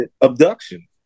Abduction